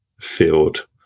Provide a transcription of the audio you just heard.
field